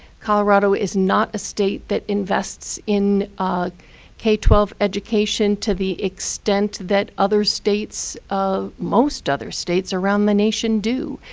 colorado is not a state that invests in k twelve education to the extent that other states um most other states around the nation do.